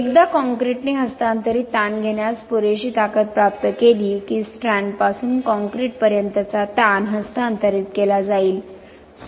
एकदा काँक्रीटने हस्तांतरित ताण घेण्यास पुरेशी ताकद प्राप्त केली की स्ट्रँडपासून कॉंक्रिटपर्यंतचा ताण हस्तांतरित केला जाईल